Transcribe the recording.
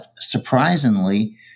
surprisingly